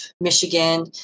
Michigan